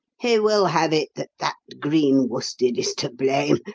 he will have it that that green worsted is to blame,